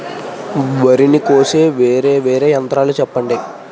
వరి ని కోసే వేరా వేరా యంత్రాలు చెప్పండి?